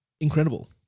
Incredible